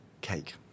Cake